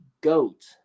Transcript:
GOAT